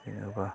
जेनेबा